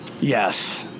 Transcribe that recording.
Yes